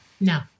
No